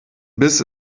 biss